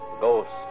Ghosts